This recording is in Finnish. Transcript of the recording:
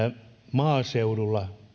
maaseudulla